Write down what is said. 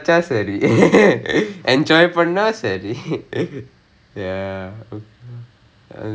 okay can சரி:sari can lah ah shit man